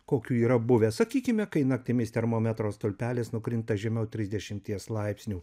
kokių yra buvę sakykime kai naktimis termometro stulpelis nukrinta žemiau trisdešimties laipsnių